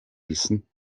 wissen